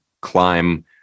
climb